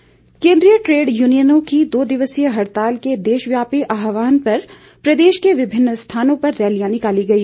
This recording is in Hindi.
हड़ताल केंद्रीय ट्रेड यूनियनों की दो दिवसीय हड़ताल के देशव्यापी आहवान पर प्रदेश के विभिन्न स्थानों पर रैलियां निकाली गई